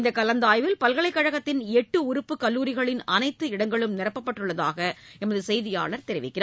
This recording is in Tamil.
இந்த கலந்தாய்வில் பல்கலைக்கழகத்தின் எட்டு உறுப்பு கல்லூரிகளின் அனைத்து இடங்களும் நிரப்பப்பட்டதாக எமது செய்தியாளர் தெரிவிக்கிறார்